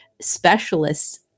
specialists